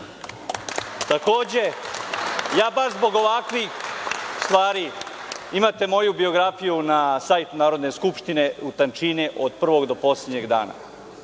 Šešelju. Takođe, baš zbog ovakvih stvari imate moju biografiju na sajtu Narodne skupštine u tančine od prvog do poslednjeg dana